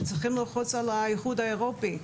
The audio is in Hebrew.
צריך ללחוץ על האיחוד האירופי,